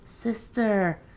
Sister